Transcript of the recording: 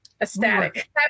ecstatic